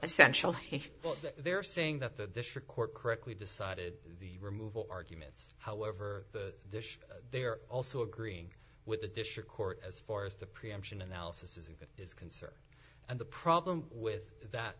essentially what they're saying that the district court correctly decided the removal arguments however the they are also agreeing with the district court as far as the preemption analysis is it is concerned and the problem with that